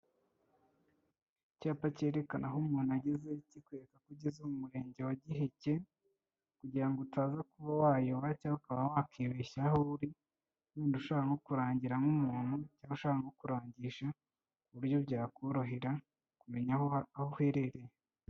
Icyapa cyerekana aho umuntu ageze kikwereka ko ugeze mu murenge wa Giheke kugira ngo utaza kuba wayoba cyangwa ukaba wakibeshya aho uri, wenda ushaka nko kurangira nk'umuntu cyangwa ushaka nko kurangisha ku buryo byakorohera kumenya aho uherereye.